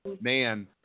man